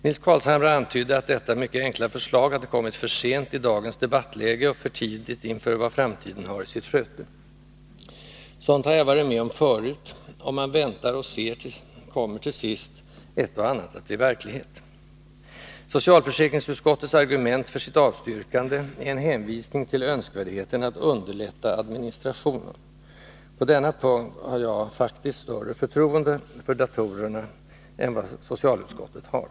Nils Carlshamre antydde att detta mycket enkla förslag hade kommit för sent i dagens debattläge och för tidigt inför vad framtiden har i sitt sköte. Sådant har jag varit med om förut. Om man väntar och ser, kommer till sist ett och annat att bli verklighet. Socialförsäkringsutskottets argument för sitt avstyrkande är en hänvisning till önskvärdheten att ”underlätta administrationen”. På denna punkt har jag faktiskt större förtroende för datorerna än vad socialförsäkringsutskottet har.